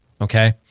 Okay